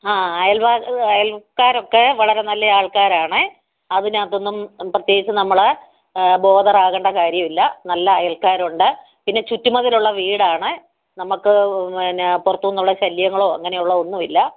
ആ അയൽവാസികളായാലും അയൽക്കാരൊക്കെ വളരെ നല്ല ആൾക്കാരാണ് അതിനകത്തൊന്നും പ്രത്യേകിച്ച് നമ്മള് ബോതറാകണ്ട കാര്യവില്ല നല്ല അയൽക്കാരൊണ്ട് പിന്നെ ചുറ്റുമതിലുള്ള വീടാണ് നമുക്ക് പിന്നെ പുറത്ത് നിന്നുള്ള ശല്യങ്ങളോ അങ്ങനെ ഉള്ള ഒന്നുവില്ല